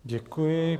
Děkuji.